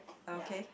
okay